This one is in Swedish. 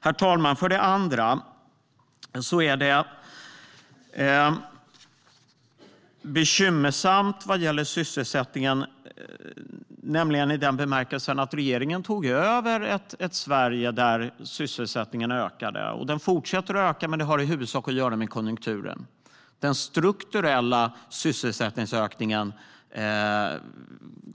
Herr talman! Det är bekymmersamt vad gäller sysselsättningen i den bemärkelsen att regeringen tog över ett Sverige där sysselsättningen ökade. Den fortsätter att öka, men det har i huvudsak att göra med konjunkturen. Den strukturella sysselsättningen